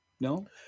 No